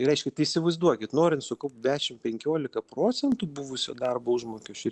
reiškia tai įsivaizduokit norint sukaupt dešim penkiolika procentų buvusio darbo užmokesčio